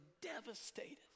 devastated